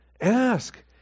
Ask